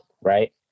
right